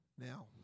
Now